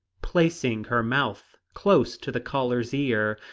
placing her mouth close to the caller's ear,